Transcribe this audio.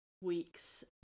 weeks